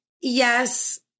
yes